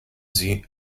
sie